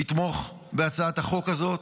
לתמוך בהצעת החוק הזאת.